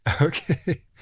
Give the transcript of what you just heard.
Okay